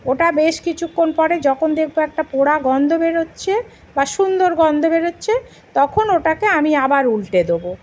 ওটা বেশ কিছুক্ষণ পরে যখন দেখবো একটা পোড়া গন্ধ বেরোচ্ছে বা সুন্দর গন্ধ বেরোচ্ছে তখন ওটাকে আমি আবার উলটে দোবো